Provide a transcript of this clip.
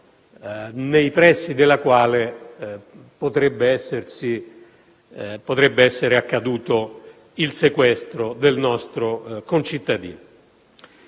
nei pressi della quale potrebbe essere accaduto il sequestro del nostro concittadino.